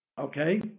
Okay